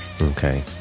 Okay